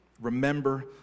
Remember